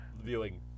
viewing